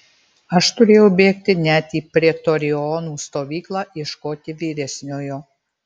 aš turėjau bėgti net į pretorionų stovyklą ieškoti vyresniojo